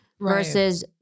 versus